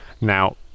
now